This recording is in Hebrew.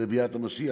לביאת המשיח.